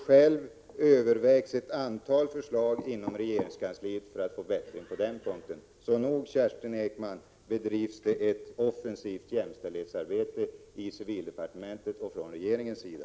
Själv överväger jag ett antal åtgärder inom regeringskansliet för att få en bättre ordning på denna punkt. Så nog bedrivs det ett offensivt jämställdhetsarbete i civildepartementet och från hela regeringens sida.